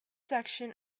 section